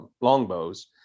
longbows